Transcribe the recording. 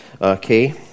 okay